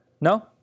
No